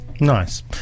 Nice